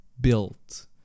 built